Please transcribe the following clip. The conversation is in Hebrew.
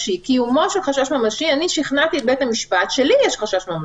קיומו של חשש ממשי אני שכנעתי את בית המשפט שיש לי חשש ממשי.